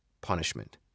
punishment